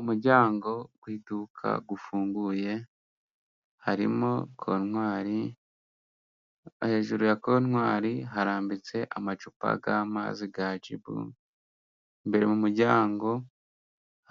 umuryango w'iduka ufunguye harimo kontwari, hejuru ya kontwari harambitse amacupa y'amazi ya jibu. Imbere mu muryango,